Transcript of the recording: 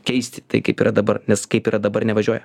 keisti tai kaip yra dabar nes kaip yra dabar nevažiuoja